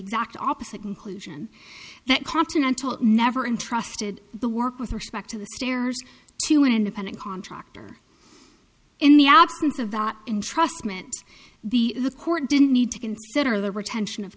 exact opposite conclusion that continental never intrusted the work with respect to the stairs to an independent contractor in the absence of that in trust meant the the court didn't need to consider there were tension of